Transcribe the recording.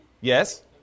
Yes